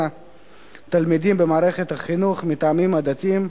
התלמידים במערכת החינוך מטעמים עדתיים,